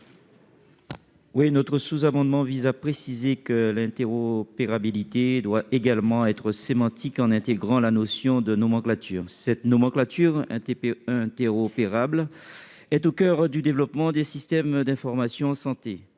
Ce sous-amendement vise à préciser que l'interopérabilité doit également être sémantique et à intégrer dans le texte la notion de nomenclature. La nomenclature interopérable se trouve au coeur du développement des systèmes d'information de santé.